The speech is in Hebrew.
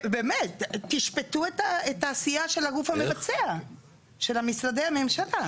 באמת תשפטו את העשייה של הגוף המבצע של משרדי הממשלה.